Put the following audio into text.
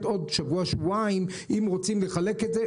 עוד שבוע-שבועיים אם רוצים לחלק את זה.